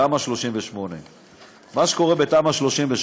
תמ"א 38. מה שקורה בתמ"א 38,